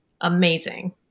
amazing